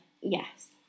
Yes